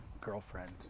girlfriend